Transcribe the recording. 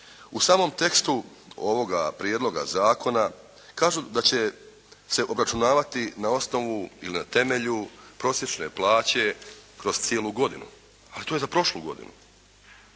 U samom tekstu ovoga Prijedloga zakona kažu da će se obračunavati na osnovu ili na temelju prosječne plaće kroz cijelu godinu. A to je za prošlu godinu.